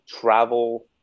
Travel